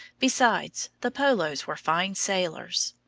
besides, the polos were fine sailors.